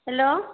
hello